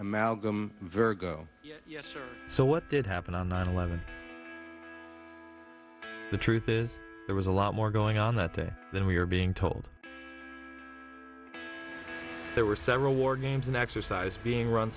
amalgam very go yes so what did happen on nine eleven the truth is there was a lot more going on that day than we are being told there were several war games an exercise being run